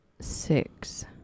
Six